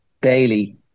daily